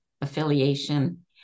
affiliation